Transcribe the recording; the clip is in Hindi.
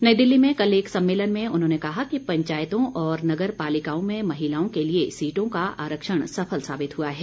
नई दिल्ली में कल एक सम्मेलन में उन्होंने कहा कि पंचायतों और नगर पालिकाओं में महिलाओं के लिये सीटों का आरक्षण सफल साबित हुआ है